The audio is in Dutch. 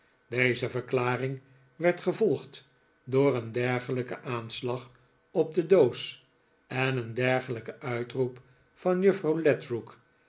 deze verklaring werd gevolgd door een dergelijken aanslag op de doos en een dergelijken uitroep van juffrouw